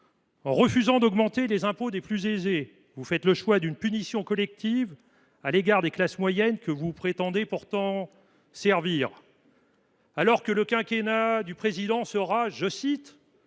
En refusant d’augmenter les impôts des plus aisés, vous faites le choix d’une punition collective à l’égard des classes moyennes que vous prétendez pourtant servir. Alors que le quinquennat du Président de la